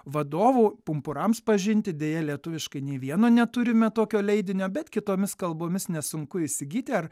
vadovų pumpurams pažinti deja lietuviškai nei vieno neturime tokio leidinio bet kitomis kalbomis nesunku įsigyti ar